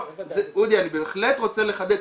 אודי אני בהחלט רוצה לחדד,